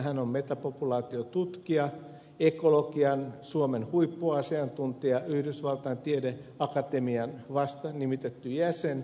hän on metapopulaatiotutkija ekologian suomen huippuasiantuntija yhdysvaltain tiedeakatemian vasta nimitetty jäsen